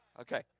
Okay